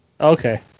okay